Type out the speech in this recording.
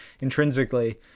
intrinsically